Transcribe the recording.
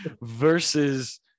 Versus